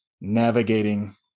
navigating